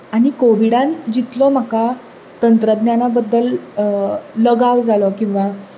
आनी कोविडान जितलो म्हाका तंत्रज्ञाना बद्दल लगाव जालो किंवां